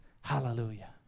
hallelujah